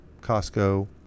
Costco